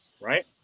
right